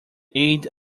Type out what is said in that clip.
aid